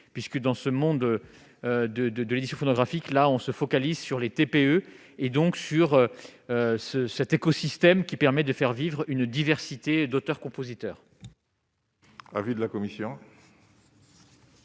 puisque dans ce monde de de de l'édition phonographique-là on se focalise sur les TPE et donc sur ce cet écosystème qui permet de faire vivre une diversité d'auteur-compositeur.